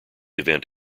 event